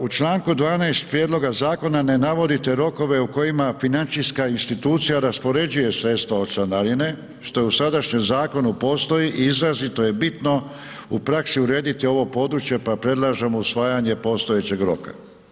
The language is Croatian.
U Članu 12. prijedloga zakona ne navodite rokove u kojima financijska institucija raspoređuje sredstva od članarine što u sadašnjem zakonu postoji i izrazito je bitno u praksi urediti ovo područje pa predlažemo usvajanje postojećeg roka.